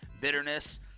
bitterness